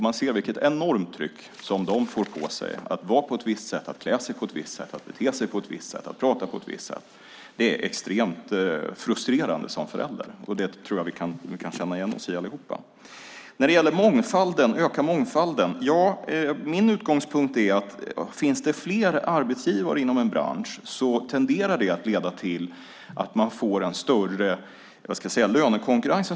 Man ser vilket enormt tryck de får på sig att vara på ett visst sätt, klä sig på ett visst sätt, bete sig på ett visst sätt och prata på ett visst sätt. Det är extremt frustrerande för en förälder. Det tror jag att vi kan känna igen oss i allihop. När det gäller att öka mångfalden är min utgångspunkt att om det finns fler arbetsgivare inom en bransch tenderar det att leda till att man får större lönekonkurrens.